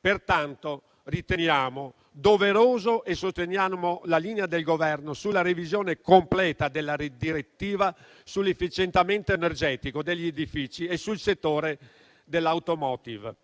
Pertanto riteniamo doveroso e sottolineiamo la linea del Governo sulla revisione completa della direttiva sull'efficientamento energetico degli edifici e sul settore dell'*automotive*.